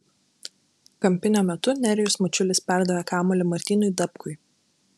kampinio metu nerijus mačiulis perdavė kamuolį martynui dapkui